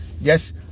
yes